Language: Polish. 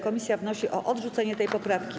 Komisja wnosi o odrzucenie tej poprawki.